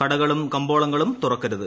കടകളും കമ്പോളങ്ങളും തുറക്കരുത്